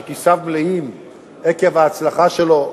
שכיסיו מלאים עקב ההצלחה שלו,